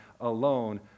alone